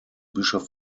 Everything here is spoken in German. bischof